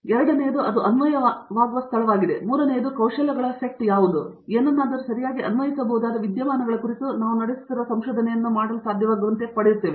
ಎರಡನೆಯದು ಅದು ಅನ್ವಯವಾಗುವ ಸ್ಥಳವಾಗಿದೆ ಮತ್ತು ಮೂರನೆಯದು ಕೌಶಲಗಳ ಸೆಟ್ ಯಾವುವು ನಾವು ಏನನ್ನಾದರೂ ಸರಿಯಾಗಿ ಅನ್ವಯಿಸಬಹುದಾದ ವಿದ್ಯಮಾನಗಳ ಕುರಿತು ನಾವು ನಡೆಸುತ್ತಿರುವ ಸಂಶೋಧನೆಯನ್ನು ಮಾಡಲು ಸಾಧ್ಯವಾಗುವಂತೆ ಪಡೆಯುತ್ತೇವೆ